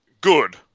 good